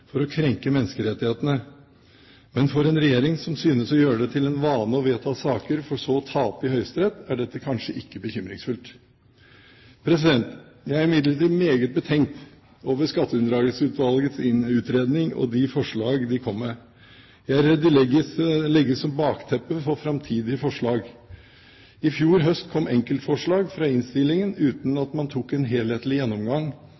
for å krenke menneskerettighetene. Men for en regjering som synes å gjøre det til en vane å vedta saker for så å tape i Høyesterett, er dette kanskje ikke bekymringsfullt. Jeg er imidlertid meget betenkt over Skatteunndragelsesutvalgets utredning og de forslag de kom med. Jeg er redd de legges som bakteppe for framtidige forslag. I fjor høst kom enkeltforslag fra innstillingen uten at man tok en helhetlig gjennomgang